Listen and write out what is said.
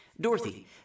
Dorothy